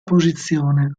posizione